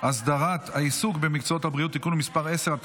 הסדרת העיסוק במקצועות הבריאות (תיקון מס' 10),